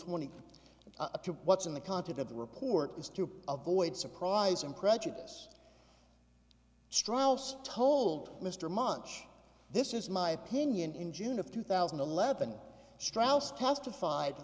twenty two what's in the content of the report is to avoid surprise and prejudice strauss told mr munch this is my opinion in june of two thousand and eleven strauss testified